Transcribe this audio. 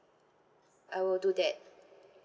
I will do that